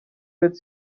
great